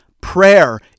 prayer